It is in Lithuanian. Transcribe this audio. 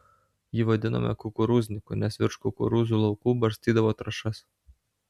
jį vadinome kukurūzniku nes virš kukurūzų laukų barstydavo trąšas